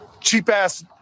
cheap-ass